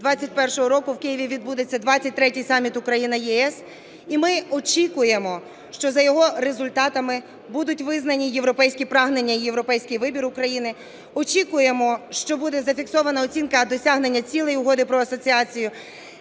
21-го року в Києві відбудеться 23-й саміт Україна – ЄС, і ми очікуємо, що за його результатами будуть визнані європейські прагнення і європейський вибір України, очікуємо, що буде зафіксована оцінка досягнення цілей Угоди про асоціацію,